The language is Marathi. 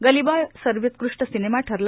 गली बॉय सर्वोत्कृष्ट सिनेमा ठरला